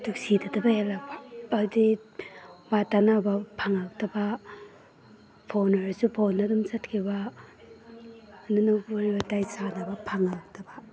ꯅꯨꯡꯁꯤꯅꯗꯕ ꯍꯦꯜꯂꯛꯄ ꯍꯥꯏꯕꯗꯤ ꯋꯥ ꯇꯥꯟꯅꯕ ꯐꯪꯉꯛꯇꯕ ꯐꯣꯟ ꯑꯣꯏꯔꯁꯨ ꯐꯣꯟꯗ ꯑꯗꯨꯝ ꯆꯠꯈꯤꯕ ꯑꯗꯨꯅ ꯋꯥꯔꯤ ꯋꯥꯇꯥꯏ ꯁꯥꯟꯅꯕ ꯐꯪꯂꯛꯇꯕ